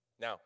Now